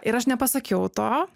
ir aš nepasakiau to